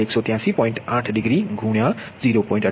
8 degree ગુણ્યા 0